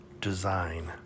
Design